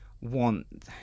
want